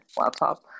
laptop